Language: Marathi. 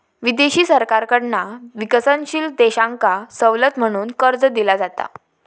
विदेशी सरकारकडना विकसनशील देशांका सवलत म्हणून कर्ज दिला जाता